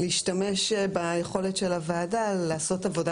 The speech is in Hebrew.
להשתמש ביכולת של הוועדה לעשות עבודה